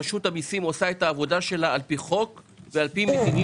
רשות המיסים עושה את העבודה שלה על פי חוק ועל פי מדיניות.